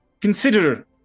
consider